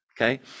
okay